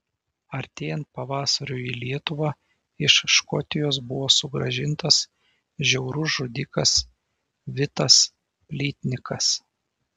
artėjant pavasariui į lietuvą iš škotijos buvo sugrąžintas žiaurus žudikas vitas plytnikas